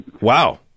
wow